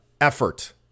effort